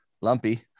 lumpy